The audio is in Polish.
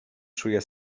czuję